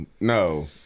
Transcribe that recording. no